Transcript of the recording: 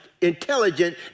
intelligent